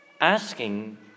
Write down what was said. asking